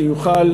שיוכל,